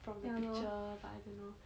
from the picture but I don't know